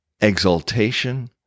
exaltation